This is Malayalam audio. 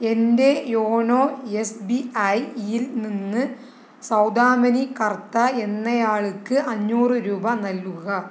എൻ്റെ യോനോ എസ് ബി ഐയിൽ നിന്ന് സൗദാമിനി കർത്ത എന്നയാൾക്ക് അഞ്ഞൂറ് രൂപ നൽകുക